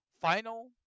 final